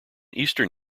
eastern